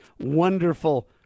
wonderful